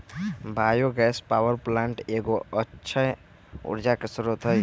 bio gas power plant एगो अक्षय ऊर्जा के स्रोत हइ